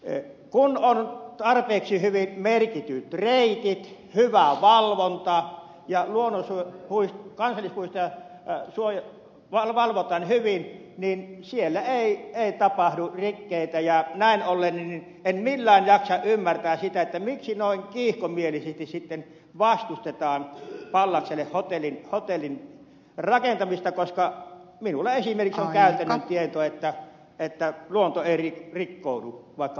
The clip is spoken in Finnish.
kun on tarpeeksi hyvin merkityt reitit hyvä valvonta ja ruonansuu muistuttaa nyt pojat toi kansallispuistoja valvotaan hyvin niin siellä ei tapahdu rikkeitä ja näin ollen en millään jaksa ymmärtää sitä miksi noin kiihkomielisesti sitten vastustetaan pallakselle hotellin rakentamista koska minulla esimerkiksi on käytännön tieto että luonto ei rikkoudu vaikka